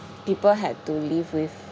people had to live with